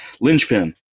linchpin